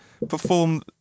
perform